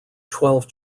twelve